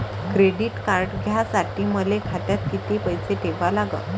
Credit card घ्यासाठी मले खात्यात किती पैसे ठेवा लागन?